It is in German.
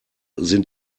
sind